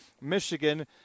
Michigan